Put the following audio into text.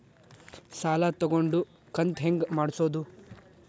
ಸಾಲ ತಗೊಂಡು ಕಂತ ಹೆಂಗ್ ಮಾಡ್ಸೋದು?